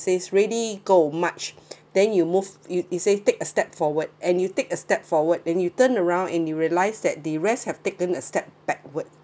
says ready go much then you move you you say take a step forward and you take a step forward then you turn around and you realize that the rest have taken a step backward